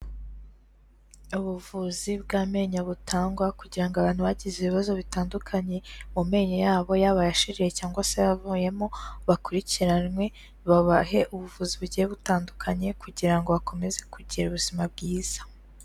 Ubuvuzi bw'amenyo butangwa kugira ngo abantu bagize ibibazo bitandukanye mu menyo yabo, yaba ayashiririye cyangwa se ayavuyemo bakurikiranwe, babahe ubuvuzi bugiye butandukanye kugira ngo bakomeze kugira ubuzima bwiza.